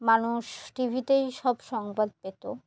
মানুষ টি ভিতেই সব সংবাদ পেত